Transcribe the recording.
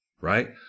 right